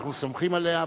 אנחנו סומכים עליהם,